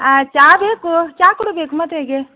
ಆಂ ಚಹಾ ಬೇಕು ಚಹಾ ಕುಡೀಬೇಕು ಮತ್ತು ಹೇಗೆ